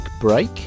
break